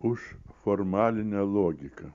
už formalinę logika